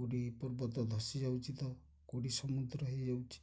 କେଉଁଠି ପର୍ବତ ଧସି ଯାଉଛି ତ କେଉଁଠି ସମୁଦ୍ର ହେଇଯାଉଛି